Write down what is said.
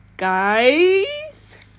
guys